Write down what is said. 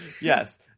Yes